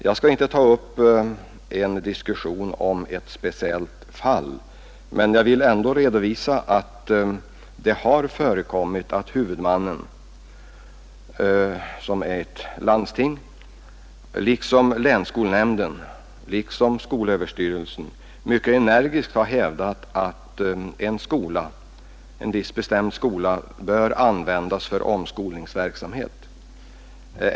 Jag skall inte ta upp en diskussion om ett speciellt fall, men jag vill ändå redovisa att det har förekommit att huvudmannen som är ett landsting har liksom länsskolnämnden och skolöverstyrelsen hävdat att en viss skola bör kunna användas för omskolningsverksamhet.